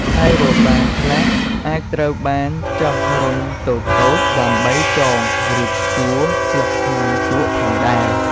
ហើយរបារខ្លះអាចត្រូវបានចោះរន្ធតូចៗ ដើម្បីចង ឬព្យួរស្លឹកថ្នាំជក់ផងដែរ។